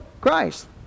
Christ